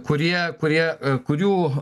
kurie kurie kurių